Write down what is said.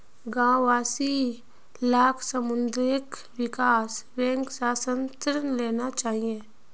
गांव वासि लाक सामुदायिक विकास बैंक स ऋण लेना चाहिए